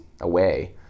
away